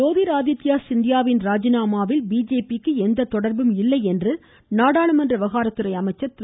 ஜோதிராதித்யா சிந்தியாவின் ராஜினாமாவில் பிஜேபி க்கு எந்த தொடர்பும் இல்லை என்று நாடாளுமன்ற விவாகாரத்துறை அமைச்சர் திரு